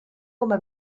coma